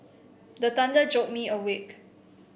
the thunder jolt me awake